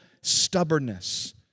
stubbornness